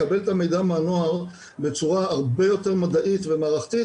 לקבל את המידע מהנוער בצורה הרבה יותר מדעית ומערכתית